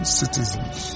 citizens